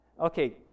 Okay